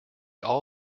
all